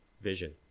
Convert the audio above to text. vision